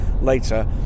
later